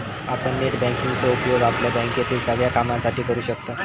आपण net banking चो उपयोग आपल्या बँकेतील सगळ्या कामांसाठी करू शकतव